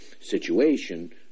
situation